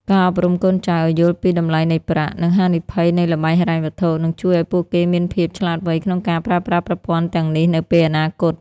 ការអប់រំកូនចៅឱ្យយល់ពី "តម្លៃនៃប្រាក់ និងហានិភ័យនៃល្បែងហិរញ្ញវត្ថុ" នឹងជួយឱ្យពួកគេមានភាពឆ្លាតវៃក្នុងការប្រើប្រាស់ប្រព័ន្ធទាំងនេះនៅពេលអនាគត។